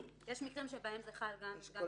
יש מקרים שבהם זה חל גם על העבירה -- כן,